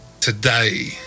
today